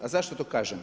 A zašto to kažem?